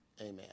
amen